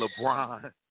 LeBron